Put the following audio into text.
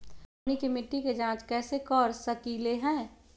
हमनी के मिट्टी के जाँच कैसे कर सकीले है?